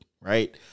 right